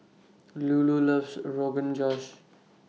Lulu loves Rogan Josh